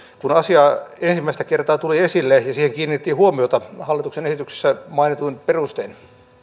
kun asia ensimmäistä kertaa tuli esille ja siihen kiinnitettiin huomiota hallituksen esityksessä mainituin perustein